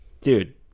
Dude